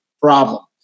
problem